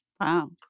Wow